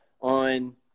on